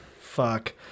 Fuck